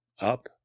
up